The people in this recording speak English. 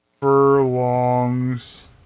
furlongs